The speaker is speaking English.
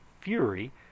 fury